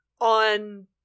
on